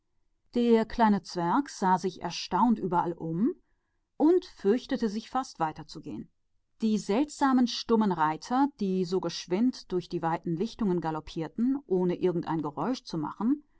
der kleine zwerg sah in verwunderung um sich und fürchtete sich weiterzugehen die seltsamen schweigenden reiter die so geschwind durch die langen lichtungen ritten ohne das geringste geräusch zu machen